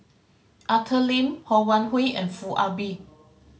Arthur Lim Ho Wan Hui and Foo Ah Bee